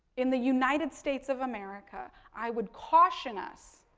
in the united states of america, i would caution us,